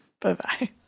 Bye-bye